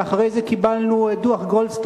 ואחרי זה קיבלנו את דוח-גולדסטון,